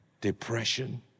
depression